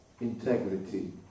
integrity